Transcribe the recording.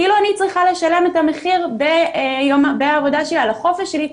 כאילו אני צריכה לשלם את המחיר בעבודה שלי על החופש שלי,